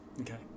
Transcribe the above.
Okay